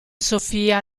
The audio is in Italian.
sophia